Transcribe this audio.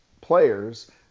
players